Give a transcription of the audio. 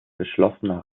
geschlossener